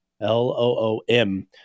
L-O-O-M